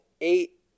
eight